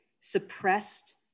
suppressed